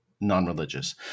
non-religious